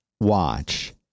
watch